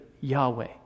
Yahweh